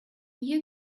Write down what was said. you